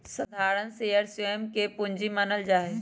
साधारण शेयर स्वयं के पूंजी मानल जा हई